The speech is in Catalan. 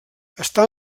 està